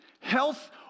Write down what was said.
Health